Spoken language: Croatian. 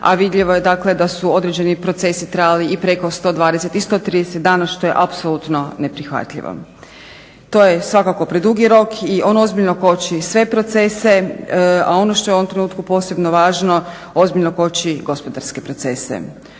a vidljivo je dakle da su određeni procesi trajali i preko 120 i 130 dana što je apsolutno neprihvatljivo. To je svakako predugi rok i on ozbiljno koči sve procese, a ono što je u ovom trenutku posebno važno ozbiljno koči gospodarske procese.